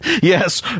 yes